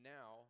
now